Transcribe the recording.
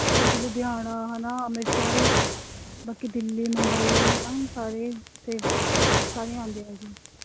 ਹਾਂਜੀ ਲੁਧਿਆਣਾ ਹੈ ਨਾ ਅੰਮ੍ਰਿਤਸਰ ਬਾਕੀ ਦਿੱਲੀ ਮੁੰਬਈ ਹਨ ਸਾਰੇ ਇੱਥੇ ਸਾਰੇ ਆਉਂਦੇ ਹੈ ਜੀ